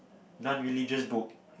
none religious book